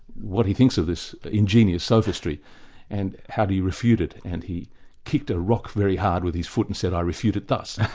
what he thinks of this ingenious sophistry, and how do you refute it. and he kicked a rock very hard with his foot and said, i refute it thus,